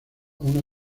una